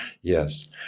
Yes